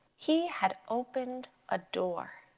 he had opened a door.